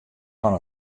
fan